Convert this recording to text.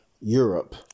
Europe